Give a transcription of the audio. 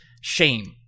shame